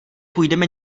půjdeme